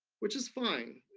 which is fine.